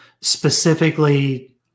specifically